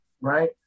right